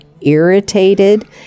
irritated